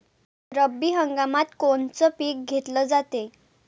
रब्बी हंगामात कोनचं पिक घेतलं जाते?